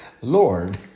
Lord